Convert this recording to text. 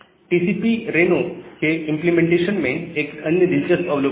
TCP Reno के implementation में एक अन्य दिलचस्प अवलोकन है